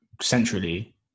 centrally